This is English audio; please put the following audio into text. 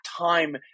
time